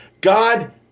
God